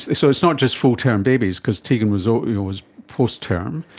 so it's not just full-term babies because tegan was ah yeah was post-term.